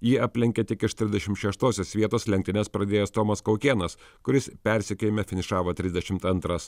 jį aplenkė tik iš trisdešim šeštosios vietos lenktynes pradėjęs tomas kaukėnas kuris persekiojime finišavo trisdešimt antras